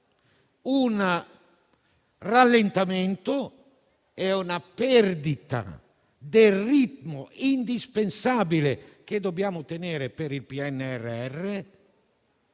un rallentamento e una perdita del ritmo di lavoro indispensabile che dobbiamo mantenere per il PNRR